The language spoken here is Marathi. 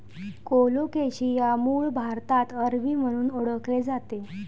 कोलोकेशिया मूळ भारतात अरबी म्हणून ओळखले जाते